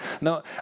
No